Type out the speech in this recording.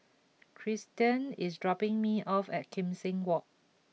Tristian is dropping me off at Kim Seng Walk